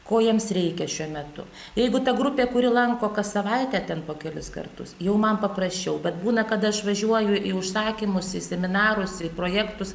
ko jiems reikia šiuo metu jeigu ta grupė kuri lanko kas savaitę ten po kelis kartus jau man paprasčiau bet būna kada aš važiuoju į užsakymus į seminarus į projektus